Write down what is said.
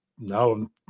No